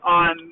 on